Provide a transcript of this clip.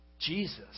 Jesus